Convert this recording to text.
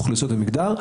אוכלוסיות ומגדר.